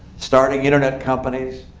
starting internet companies,